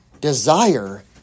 desire